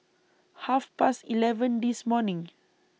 Half Past eleven This morning